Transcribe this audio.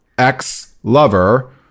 ex-lover